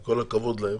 עם כל הכבוד להם,